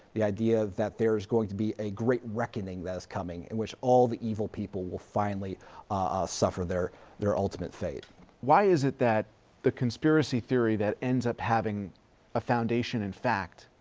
the idea that there's going to be a great reckoning that's coming in, which all the evil people will finally suffer their their ultimate fate. heffner why is it that the conspiracy theory that ends up having a foundation in fact,